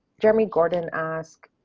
jeremy gordon asked,